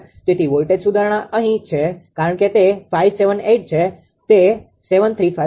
તેથી વોલ્ટેજ સુધારણા અહીં છે કારણ કે તે 578 છે તે 735 છે